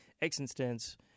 existence